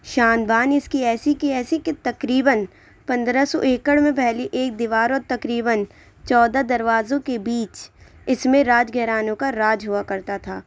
شان بان اِس کی ایسی کی ایسی کہ تقریباً پندرہ سو ایکڑ میں پھیلی ایک دیوار اور تقریباً چودہ دروازوں کے بیچ اِس میں راج گھرانوں کا راج ہُوا کرتا تھا